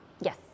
Yes